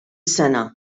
sena